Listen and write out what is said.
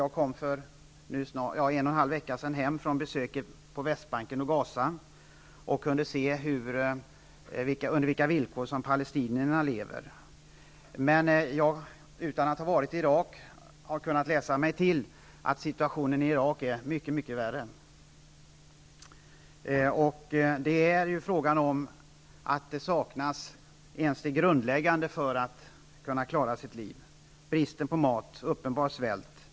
Jag kom för en och en halv vecka sedan hem från ett besök på Västbanken och i Gaza, där jag hade kunnat se under vilka förhållanden palestinierna lever. Jag har inte varit i Irak, men jag har kunnat läsa mig till att situationen där är mycket, mycket värre. Man har inte ens det som är grundläggande för att man skall kunna klara sitt liv. Det är brist på mat, och uppenbar svält råder.